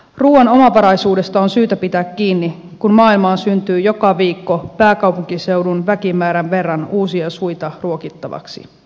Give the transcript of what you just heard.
ruuan omavaraisuudesta on syytä pitää kiinni kun maailmaan syntyy joka viikko pääkaupunkiseudun väkimäärän verran uusia suita ruokittavaksi